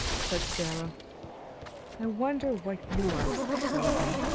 said sara i wonder what you are supposing?